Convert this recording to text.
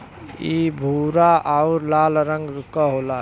इ भूरा आउर लाल रंग क होला